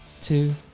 two